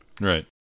Right